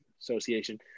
association